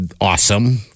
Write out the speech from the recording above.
awesome